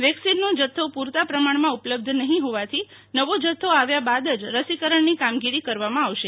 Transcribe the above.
વેક્સિનનો જથ્થો પૂ રતા પ્રમાણમાં ઉપલબ્ધ નહીં હોવાથી નવો જથ્થો આવ્યા બાદ જ રસીકરણની કામગીરી કરવામાં આવશે